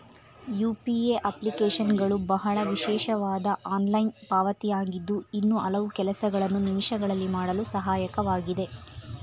UPA ಅಪ್ಲಿಕೇಶನ್ಗಳು ಬಹಳ ವಿಶೇಷವಾದ ಆನ್ಲೈನ್ ಪಾವತಿ ಆಗಿದ್ದು ಇನ್ನೂ ಹಲವು ಕೆಲಸಗಳನ್ನು ನಿಮಿಷಗಳಲ್ಲಿ ಮಾಡಲು ಸಹಾಯಕವಾಗಿದೆ